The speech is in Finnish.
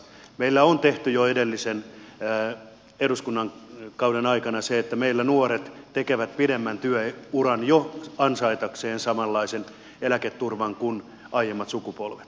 meillä on tehty jo edellisen eduskunnan kauden aikana se että meillä nuoret jo tekevät pidemmän työuran ansaitakseen samanlaisen eläketurvan kuin aiemmat sukupolvet